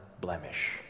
blemish